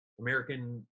American